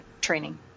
training